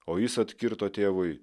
o jis atkirto tėvui